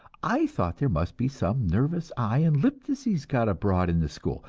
i thought there must be some nervous eye and lip disease got abroad in the school.